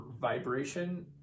vibration